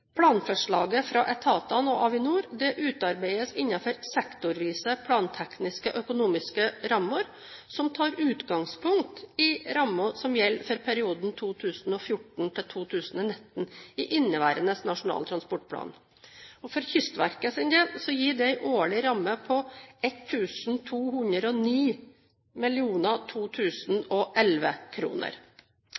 Planforslaget fra etatene og Avinor utarbeides innenfor sektorvise plantekniske økonomiske rammer, som tar utgangspunkt i rammen som gjelder for perioden 2014–2019 i inneværende Nasjonal transportplan. For Kystverket gir dette en årlig ramme på